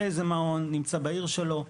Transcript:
איזה מעון נמצא בעיר שלו,